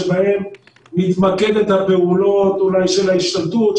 שבהם מתמקדות הפעולות אולי של ההשתלטות,